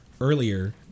earlier